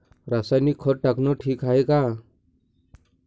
रासायनिक खत टाकनं ठीक हाये का?